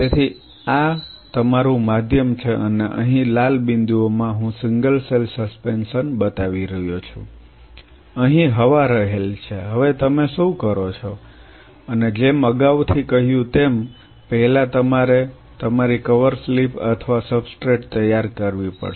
તેથી આ તમારું માધ્યમ છે અને અહીં લાલ બિંદુઓમાં હું સિંગલ સેલ સસ્પેન્શન બતાવી રહ્યો છું અહીં હવા રહેલી છે હવે તમે શું કરો છો અને જેમ અગાઉથી કહ્યું તેમ પહેલા તમારે તમારી કવર સ્લિપ અથવા સબસ્ટ્રેટ તૈયાર કરવી પડશે